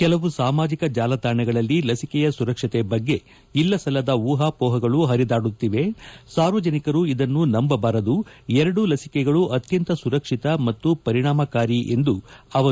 ಕೆಲವು ಸಾಮಾಜಕ ಜಾಲತಾಣಗಳಲ್ಲಿ ಲಸಿಕೆಯ ಸುರಕ್ಷತೆ ಬಗ್ಗೆ ಇಲ್ಲಸಲ್ಲದ ಊಪಾಪೋಪಗಳು ಪರಿದಾಡುತ್ತಿವೆ ಸಾರ್ವಜನಿಕರು ಇದನ್ನು ನಂಬಬಾರದು ಎರಡೂ ಲಸಿಕೆಗಳು ಅತ್ತಂತ ಸುರಕ್ಷಿತ ಮತ್ತು ಪರಿಣಾಮಕಾರಿಯಾಗಿದೆ ಎಂದರು